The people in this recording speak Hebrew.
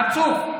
חצוף.